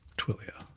twilio.